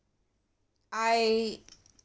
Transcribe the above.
I